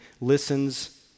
listens